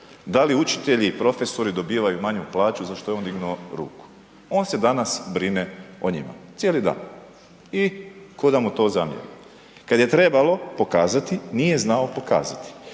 da li učitelji i profesori dobivaju manju plaću za što je on dignuo ruku. On se danas brine o njima cijeli dan i tko da mu to zamjeri. Kada je trebalo pokazati nije znao pokazati